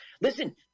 listen